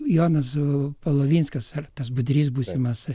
jonas palavinskas ar tas budrys būsimas